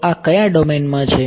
તો આ કયા ડોમેનમાં છે